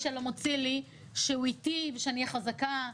שלא מוציא לי שהוא איתי ושאני אהיה חזקה,